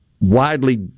widely